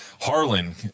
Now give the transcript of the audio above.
Harlan